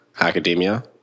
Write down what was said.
academia